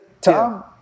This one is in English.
tom